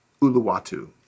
Uluwatu